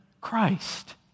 Christ